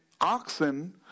oxen